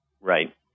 Right